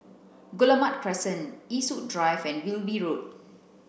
Guillemard Crescent Eastwood Drive and Wilby Road